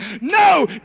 No